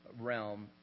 realm